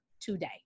today